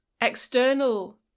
external